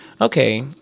okay